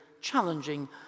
challenging